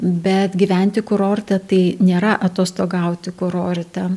bet gyventi kurorte tai nėra atostogauti kurorte